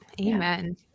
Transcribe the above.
amen